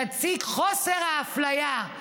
נציג חוסר האפליה,